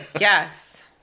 Yes